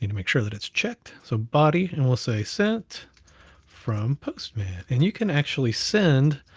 you know make sure that it's checked. so body, and we'll say sent from postman, and you can actually send,